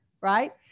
right